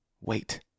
Wait